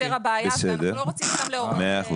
הבעיה ואנחנו לא רוצים ל --- אוקיי,